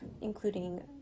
including